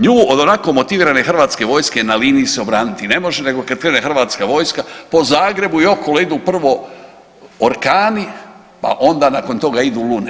Nju od onako motivirane hrvatske vojske na liniji se obraniti ne može nego kad krene hrvatska vojska, po Zagrebu i okolo idu prvo Orkani pa onda nakon toga idu Lune.